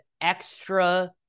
extra